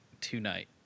tonight